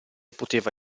poteva